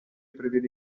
prevede